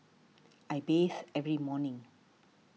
I bathe every morning